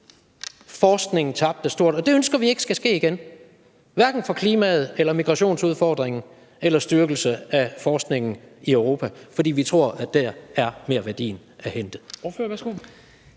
forskningen tabte stort – og det ønsker vi ikke skal ske igen, hverken for klimaet eller migrationsudfordringen eller styrkelse af forskningen i Europa. For vi tror, at dér er der merværdi at hente.